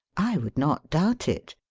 i would not doubt it.